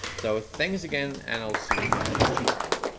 so ah thanks again and i'll see you guys tomorrow